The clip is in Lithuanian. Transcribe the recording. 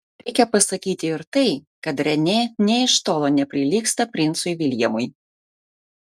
reikia pasakyti ir tai kad renė nė iš tolo neprilygsta princui viljamui